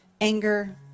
anger